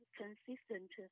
consistent